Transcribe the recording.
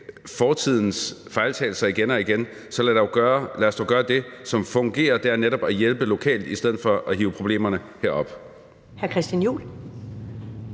fortidens fejltagelser igen og igen lad os dog gøre det, som fungerer, og det er netop at hjælpe lokalt i stedet for at hive problemerne herop.